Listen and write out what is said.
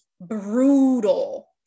brutal